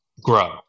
Grow